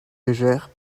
légère